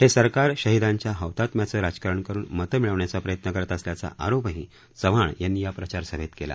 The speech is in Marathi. हे सरकार शहिदांच्या हौतात्म्याचं राजकारण करून मतं मिळविण्याचा प्रयत्न करत असल्याचा आरोपही चव्हाण यांनी या प्रचारसभेत केला